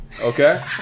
Okay